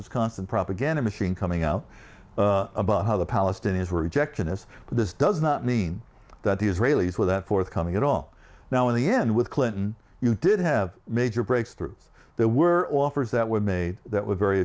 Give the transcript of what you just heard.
this constant propaganda machine coming out about how the palestinians were rejectionists but this does not mean that the israelis were that forthcoming at all now in the end with clinton you did have major breakthroughs there were offers that were made that were very